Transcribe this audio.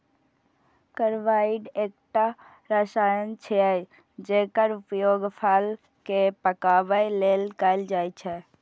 carbide एकटा रसायन छियै, जेकर उपयोग फल कें पकाबै लेल कैल जाइ छै